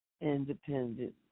independent